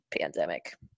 pandemic